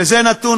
וזה נתון,